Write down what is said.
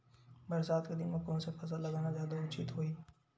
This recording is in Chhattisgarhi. बरसात के दिन म कोन से फसल लगाना जादा उचित होही?